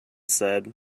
said